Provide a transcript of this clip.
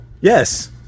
Yes